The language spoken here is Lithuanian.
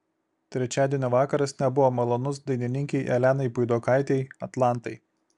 trečiadienio vakaras nebuvo malonus dainininkei elenai puidokaitei atlantai